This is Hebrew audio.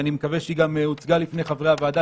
אני מקווה שהיא גם הוצגה לפני חברי הוועדה,